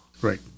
Right